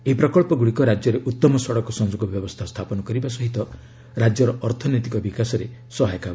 ଏହି ପ୍ରକଳ୍ପଗୁଡ଼ିକ ରାଜ୍ୟରେ ଉଉମ ସଡ଼କ ସଂଯୋଗ ବ୍ୟବସ୍ଥା ସ୍ଥାପନ କରିବା ସହିତ ରାଜ୍ୟର ଅର୍ଥନୈତିକ ବିକାଶରେ ସହାୟକ ହେବ